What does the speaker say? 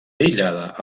aïllada